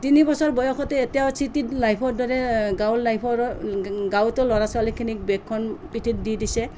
তিনি বছৰ বয়সতে এতিয়া চিটিৰ লাইফৰ দৰে গাঁৱৰ লাইফৰ গাঁৱতো ল'ৰা ছোৱালীখিনিক বেগখন পিঠিত দি দিছে